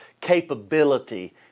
capability